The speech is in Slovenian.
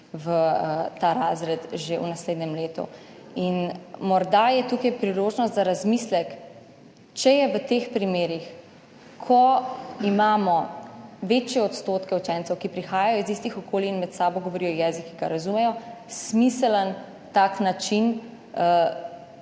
v ta razred že v naslednjem letu . Morda je tukaj priložnost za razmislek, če je v teh primerih, ko imamo večje odstotke učencev, ki prihajajo iz istih okolij in med sabo govorijo jezik, ki ga razumejo, smiseln tak način,